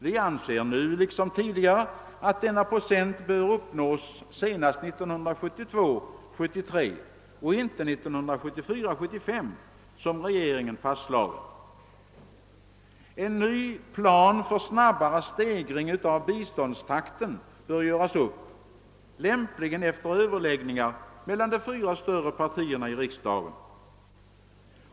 Vi anser — nu liksom tidigare — att denna procent bör uppnås senast 1972 75 som regeringen fastslagit. En ny plan för snabbare stegring av biståndstakten bör göras upp, lämpligen efter överläggningar mellan de fyra större partierna i riksdagen.